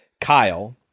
Kyle